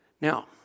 Now